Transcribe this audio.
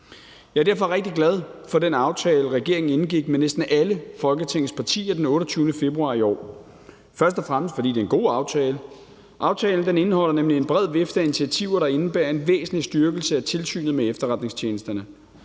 Jeg er derfor rigtig glad for den aftale, regeringen indgik med næsten alle Folketingets partier den 28. februar i år. Det er jeg først og fremmest, fordi det er en god aftale. Aftalen indeholder nemlig en bred vifte af initiativer, der indebærer en væsentlig styrkelse af Tilsynet med Efterretningstjenesterne.